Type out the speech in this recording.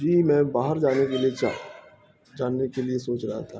جی میں باہر جانے کے لیے چاہ جاننے کے لیے سوچ رہا تھا